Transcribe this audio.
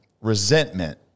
resentment